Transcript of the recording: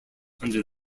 under